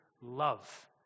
love